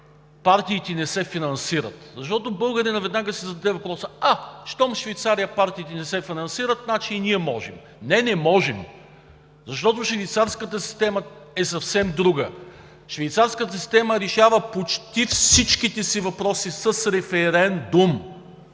партиите не се финансират. Защото българинът веднага ще си зададе въпроса: а щом в Швейцария партиите не се финансират, значи и ние можем. Не, не можем. Защото швейцарската система е съвсем друга. Швейцарската система решава почти всичките си въпроси с референдум